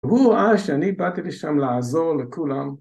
הוא ראה שאני באתי לשם לעזור לכולם.